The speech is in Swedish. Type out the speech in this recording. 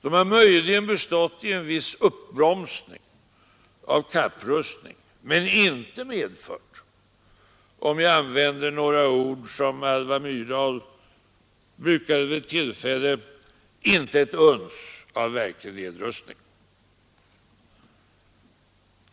De har möjligen bestått i en viss uppbromsning av kapprustningen men inte medfört, för att använda några ord av Alva Myrdal vid ett tillfälle, ett uns av verklig nedrustning.